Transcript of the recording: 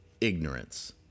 ignorance